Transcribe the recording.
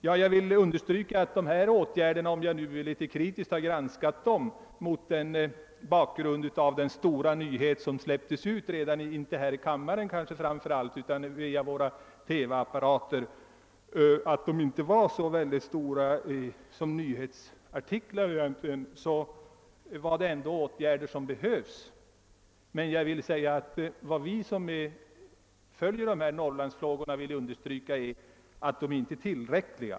Jag vill understryka att om jag nu litet kritiskt granskat dessa åtgärder mot bakgrunden att meddelandet om dem släppts ut — inte främst här i kammaren men genom våra TV-apparater — såsom en stor nyhet, så är det ändå åtgärder som behövs, även om de inte var så stora som nyhetsartiklar. Vad vi som följer Norrlandsfrågorna vill understryka är att åtgärderna inte är tillräckliga.